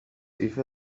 eve